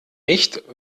nicht